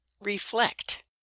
reflect